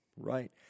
Right